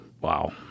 Wow